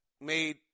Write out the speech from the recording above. made